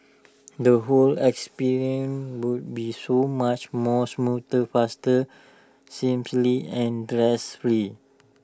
the whole experience would be so much more smoother faster and free